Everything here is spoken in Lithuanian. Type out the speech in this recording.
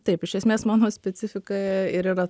taip iš esmės mano specifika ir yra